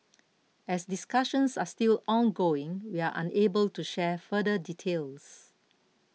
as discussions are still ongoing we are unable to share further details